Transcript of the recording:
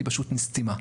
היא פשוט נסתמה.